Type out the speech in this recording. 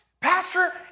Pastor